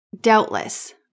Doubtless